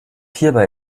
hierbei